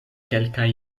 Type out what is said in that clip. kelkaj